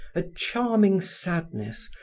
a charming sadness,